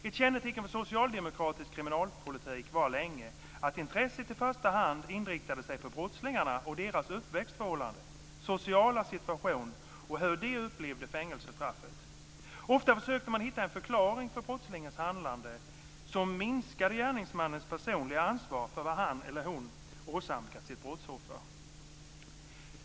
Ett kännetecken för socialdemokratisk kriminalpolitik var länge att intresset i första hand inriktade sig på brottslingarna och deras uppväxtförhållande, sociala situation och hur de upplevde fängelsestraffet. Oftast försökte man hitta en förklaring till brottslingens handlande som minskade gärningsmannens personliga ansvar för vad han eller hon åsamkat sitt brottsoffer.